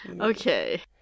Okay